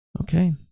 Okay